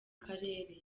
karere